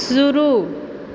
शुरू